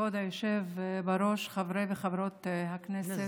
כבוד היושב-ראש, חברי וחברות הכנסת,